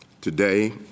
Today